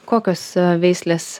kokios veislės